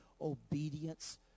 obedience